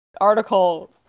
article